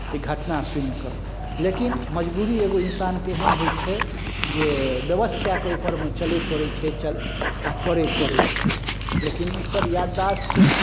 ई घटना सुनि कऽ लेकिन मजबूरी एगो इंसानके एहन होइ छै जे विवश कए कऽ ओहिपर मे चलय पड़ै छै चल आ करय पड़ै छै लेकिन ईसभ याददाश्त